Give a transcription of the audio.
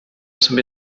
sobie